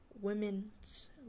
women's